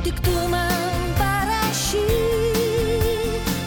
tik tu man parašyk